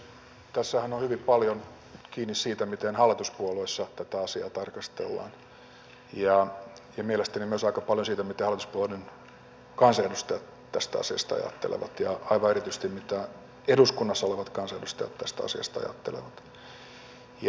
tässähän on hyvin paljon kiinni siitä miten hallituspuolueissa tätä asiaa tarkastellaan ja mielestäni myös aika paljon siitä mitä hallituspuolueiden kansanedustajat tästä asiasta ajattelevat ja aivan erityisesti mitä eduskunnassa olevat kansanedustajat tästä asiasta ajattelevat